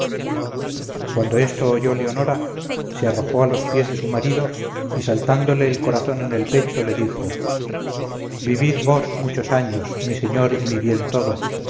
cuando esto oyó leonora se arrojó a los pies de su marido y saltándole el corazón en el pecho le dijo vivid vos muchos años mi señor y mi bien todo